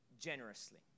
generously